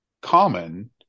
common